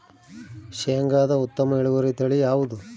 ಶೇಂಗಾದ ಉತ್ತಮ ಇಳುವರಿ ತಳಿ ಯಾವುದು?